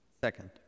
Second